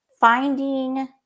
finding